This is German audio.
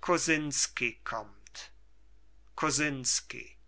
kosinsky kommt kosinsky